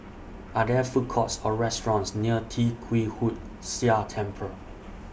Are There Food Courts Or restaurants near Tee Kwee Hood Sia Temple